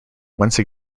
once